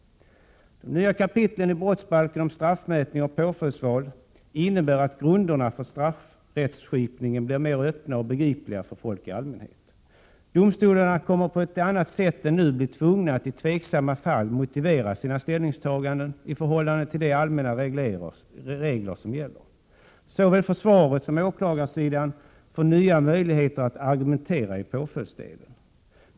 De nya kapitlen i brottsbalken om straffmätning och påföljdsval innebär att grunderna för straffrättsskipningen blir mera öppna och begripliga för folk i allmänhet. Domstolarna kommer på ett annat sätt än nu att bli tvungna att i tveksamma fall motivera sina ställningstaganden i förhållande till de allmänna regler som gäller. Såväl försvaret som åklagarsidan får nya möjligheter att argumentera i påföljdsdelen.